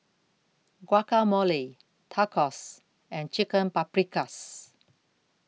Guacamole Tacos and Chicken Paprikas